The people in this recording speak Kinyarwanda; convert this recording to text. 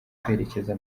kwerekeza